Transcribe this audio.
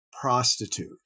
prostitute